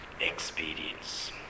experience